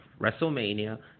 WrestleMania